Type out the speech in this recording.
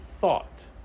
thought